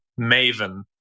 maven